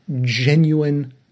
genuine